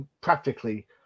practically